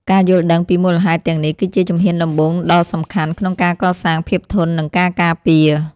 ការយល់ដឹងពីមូលហេតុទាំងនេះគឺជាជំហានដំបូងដ៏សំខាន់ក្នុងការកសាងភាពធន់ និងការការពារ។